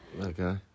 Okay